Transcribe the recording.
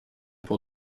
pour